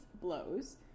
blows